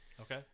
Okay